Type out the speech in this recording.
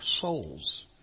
souls